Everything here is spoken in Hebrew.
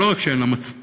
לא רק שאין לה מצפון,